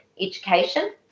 education